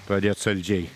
pradėt saldžiai